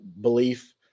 belief